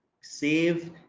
save